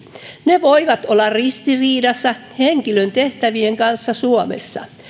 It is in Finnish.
ne voivat olla ristiriidassa henkilön tehtävien kanssa suomessa